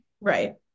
right